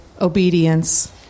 obedience